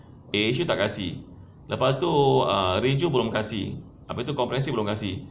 air asia tak kasih lepas tu ah ray choo belum kasih abeh tu company C belum kasih